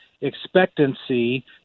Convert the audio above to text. expectancy